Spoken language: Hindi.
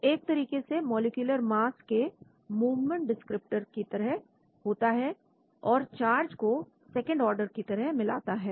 तो एक तरह से मॉलिक्यूलर मास के मूवमेंट डिस्क्रिप्टर की तरह होता है और चार्ज को सेकंड ऑर्डर की तरह मिलाता है